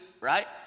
right